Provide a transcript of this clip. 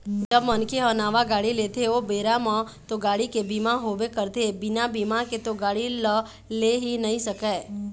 जब मनखे ह नावा गाड़ी लेथे ओ बेरा म तो गाड़ी के बीमा होबे करथे बिना बीमा के तो गाड़ी ल ले ही नइ सकय